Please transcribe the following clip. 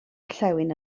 orllewin